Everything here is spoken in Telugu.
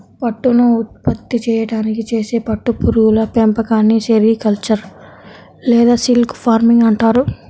పట్టును ఉత్పత్తి చేయడానికి చేసే పట్టు పురుగుల పెంపకాన్ని సెరికల్చర్ లేదా సిల్క్ ఫార్మింగ్ అంటారు